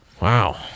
Wow